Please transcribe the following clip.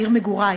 עיר מגורי.